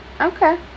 okay